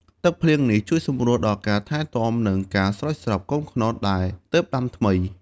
ទឹកភ្លៀងនេះជួយសម្រួលដល់ការថែទាំនិងការស្រោចស្រពកូនខ្នុរដែលទើបដាំថ្មី។